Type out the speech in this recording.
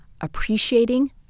appreciating